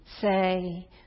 say